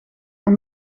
aan